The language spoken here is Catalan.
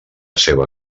seva